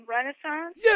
Renaissance